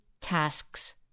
tasks